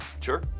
Sure